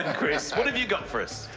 ah chris, what have you got for us?